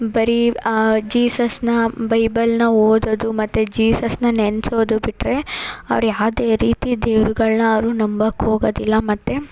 ಬರೀ ಜೀಸಸನ್ನ ಬೈಬಲನ್ನ ಓದೋದು ಮತ್ತು ಜೀಸಸನ್ನ ನೆನೆಸೋದು ಬಿಟ್ಟರೆ ಅವ್ರು ಯಾವುದೇ ರೀತಿ ದೇವ್ರುಗಳನ್ನ ಅವರು ನಂಬಕ್ಕೆ ಹೋಗದಿಲ್ಲ ಮತ್ತು